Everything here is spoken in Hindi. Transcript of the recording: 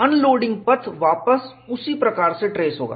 अनलोडिंग पथ वापिस उसी प्रकार से ट्रेस होगा